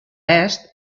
est